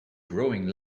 growing